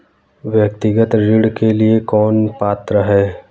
व्यक्तिगत ऋण के लिए कौन पात्र है?